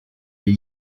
est